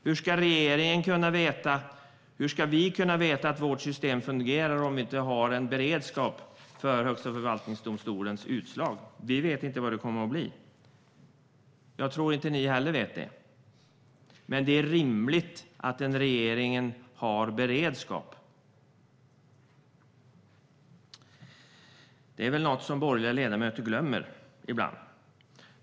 Hur ska vi kunna veta att vårt system fungerar om vi inte har en beredskap för Högsta förvaltningsdomstolens utslag? Vi vet inte vad det kommer att bli. Jag tror inte att ni heller vet det. Men det är rimligt att en regering har beredskap. Det är väl något som borgerliga ledamöter glömmer ibland.